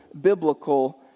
biblical